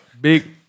big